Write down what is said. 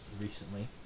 recently